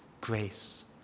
grace